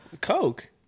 Coke